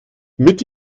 mit